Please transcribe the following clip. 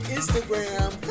Instagram